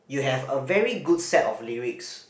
you have a very good set of lyrics